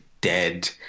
dead